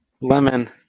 lemon